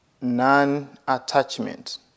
non-attachment